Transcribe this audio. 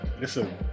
listen